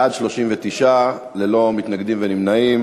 בעד, 39, ללא מתנגדים וללא נמנעים.